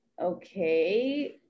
okay